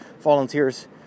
volunteers